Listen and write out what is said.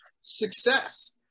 success